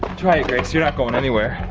try it, grace, you're not going anywhere.